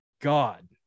God